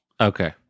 Okay